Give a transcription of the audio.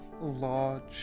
large